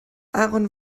aaron